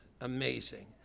amazing